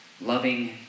Loving